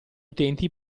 utenti